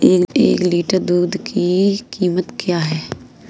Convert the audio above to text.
एक लीटर दूध की कीमत क्या है?